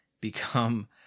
become